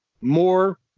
more